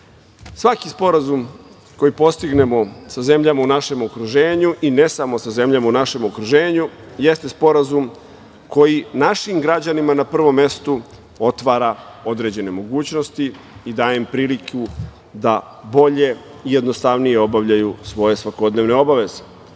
sporazum koji postignemo sa zemljama u našem okruženju, i ne samo sa zemljama u našem okruženju, jeste sporazum koji našim građanima na prvom mestu otvara određene mogućnosti i daje im priliku da bolje i jednostavnije obavljaju svoje svakodnevne